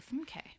Okay